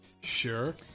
Sure